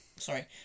Sorry